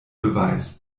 beweis